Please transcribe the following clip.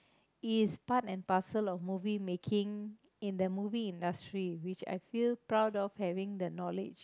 is part and parcel of movie making in the movie industry which I feel proud of having the knowledge